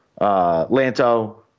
Lanto